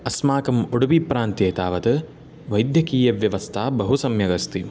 अस्माकम् उडुपिप्रान्त्ये तावत् वैद्यकीयव्यवस्था बहु सम्यकस्ति